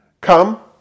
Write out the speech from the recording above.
come